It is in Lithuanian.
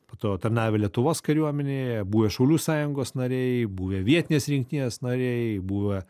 po to tarnavę lietuvos kariuomenėje buvę šaulių sąjungos nariai buvę vietinės rinktinės nariai buvę